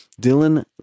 Dylan